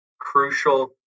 Crucial